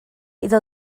iddo